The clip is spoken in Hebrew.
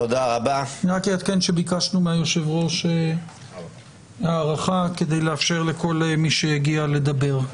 אני רק אעדכן שביקשנו מהיושב-ראש הארכה כדי לאפשר לכל מי שהגיע לדבר.